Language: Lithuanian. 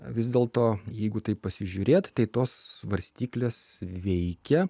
vis dėlto jeigu taip pasižiūrėti tai tos svarstyklės veikia